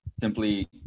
simply